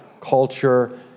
culture